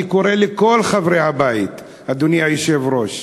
אני קורא לכל חברי הבית, אדוני היושב-ראש: